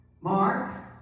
Mark